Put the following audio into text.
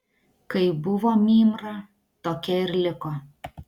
kaip buvo mymra tokia ir liko